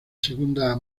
segunda